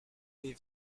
des